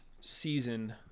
season